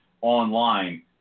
online